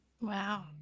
Wow